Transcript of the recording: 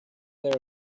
there